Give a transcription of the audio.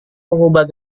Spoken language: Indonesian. mengubah